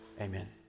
Amen